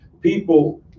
people